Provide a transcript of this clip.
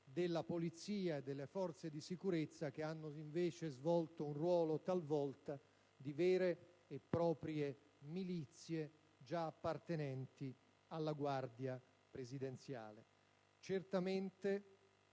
della Polizia e delle forze di sicurezza, che hanno invece svolto un ruolo talvolta di vere e proprie milizie già appartenenti alla guardia presidenziale. Certamente,